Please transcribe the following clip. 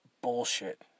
bullshit